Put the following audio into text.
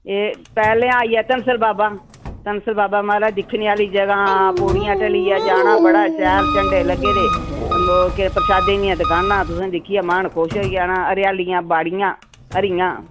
एह् पैह्लें आई गेआ धनसर बाबा धनसर बाबा मतलब ऐ दिक्खने आह्ली जगह् पौड़ियां ढलियै जाना बड़ा शैल झंडे लग्गे दे केह् प्रसादै दियां दकानां तुसें दिक्खियै मन खुश होई जाना हरियालियां बाड़ियां हरियां